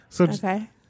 Okay